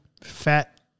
fat